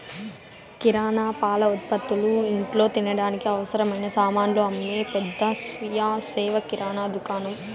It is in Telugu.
కిరణా, పాల ఉత్పతులు, ఇంట్లో తినడానికి అవసరమైన సామానులు అమ్మే పెద్ద స్వీయ సేవ కిరణా దుకాణం